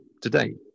today